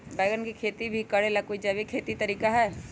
बैंगन के खेती भी करे ला का कोई जैविक तरीका है?